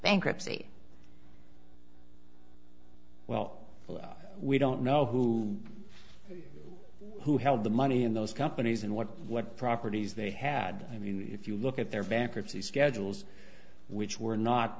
bankruptcy well we don't know who who held the money in those companies and what what properties they had i mean if you look at their bankruptcy schedules which were not